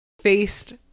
faced